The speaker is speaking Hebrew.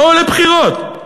בואו לבחירות,